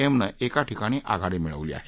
एमनं एका ठिकाणी आघाडी मिळाली आहे